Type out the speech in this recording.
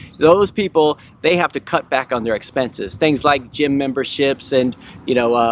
those people, they have to cut back on their expenses. things like gym memberships, and you know,